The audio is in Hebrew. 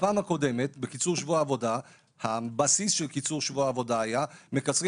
בפעם הקודמת הבסיס של קיצור שבוע היה מקצרים